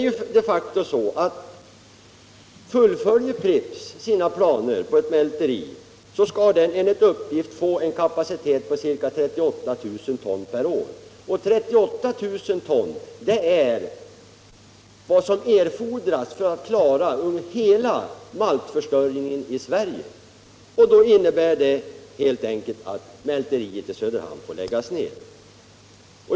Om Pripps fullföljer sina planer på ett mälteri, kommer det enligt uppgift att få en kapacitet på 38 000 ton per år, och detta är vad som erfordras för att klara hela maltförsörjningen i Sverige. Det innebär alltså helt enkelt att mälteriet i Söderhamn får läggas ned.